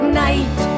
night